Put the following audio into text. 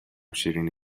شیرینی